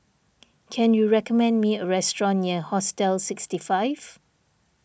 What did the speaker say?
can you recommend me a restaurant near Hostel sixty five